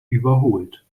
überholt